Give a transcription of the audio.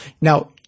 Now